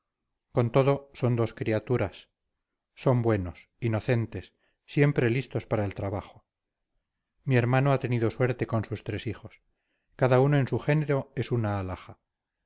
con todo son dos criaturas son buenos inocentes siempre listos para el trabajo mi hermano ha tenido suerte con sus tres hijos cada uno en su género es una alhaja